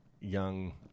young